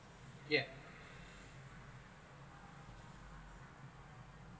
yeah